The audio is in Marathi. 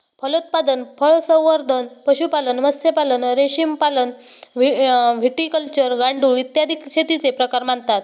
फलोत्पादन, फळसंवर्धन, पशुपालन, मत्स्यपालन, रेशीमपालन, व्हिटिकल्चर, गांडूळ, इत्यादी शेतीचे प्रकार मानतात